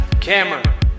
camera